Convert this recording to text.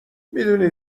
میدونی